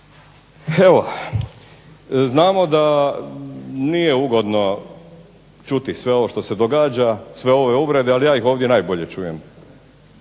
Evo znamo da nije ugodno čuti sve ovo što se događa, sve ove uvrede, ali ja ih ovdje najbolje čujem.